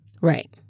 Right